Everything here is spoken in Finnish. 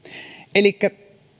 elikkä